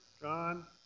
John